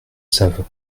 savent